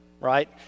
right